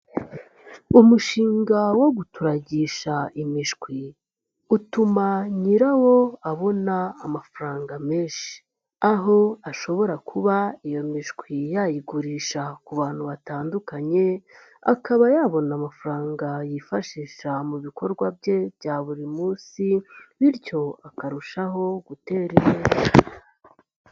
Umushinga wo guturagisha imishwi, utuma nyirawo abona amafaranga menshi, aho ashobora kuba iyo mishwi yayigurisha ku bantu batandukanye, akaba yabona amafaranga yifashisha mu bikorwa bye bya buri munsi, bityo akarushaho gutera intera.